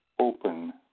open